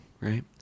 right